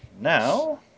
Now